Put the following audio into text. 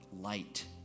light